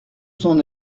son